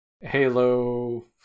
Halo